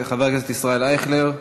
חבר הכנסת ישראל אייכלר,